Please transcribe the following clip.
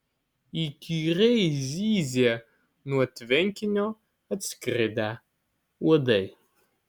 įkyriai zyzė nuo tvenkinio atskridę uodai